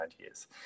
ideas